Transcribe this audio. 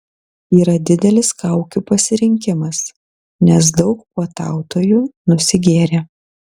yra didelis kaukių pasirinkimas nes daug puotautojų nusigėrė